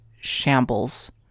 shambles